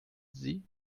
sie